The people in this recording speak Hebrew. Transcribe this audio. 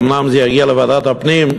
ואומנם זה יגיע לוועדת הפנים,